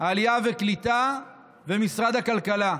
העלייה והקליטה ומשרד הכלכלה.